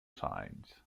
sides